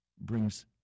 brings